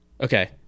Okay